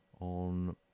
on